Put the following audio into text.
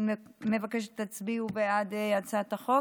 נבקש שתצביעו בעד הצעת החוק.